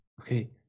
Okay